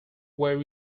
were